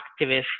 activist